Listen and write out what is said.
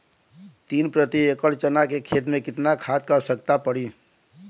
तीन प्रति एकड़ चना के खेत मे कितना खाद क आवश्यकता पड़ी?